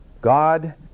God